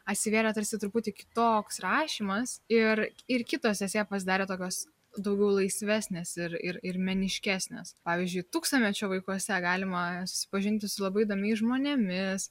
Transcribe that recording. atsivėrė tarsi truputį kitoks rašymas ir ir kitos esė pasidarė tokios daugiau laisvesnės ir ir ir meniškesnės pavyzdžiui tūkstantmečio vaikuose galima susipažinti su labai įdomiais žmonėmis